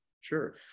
Sure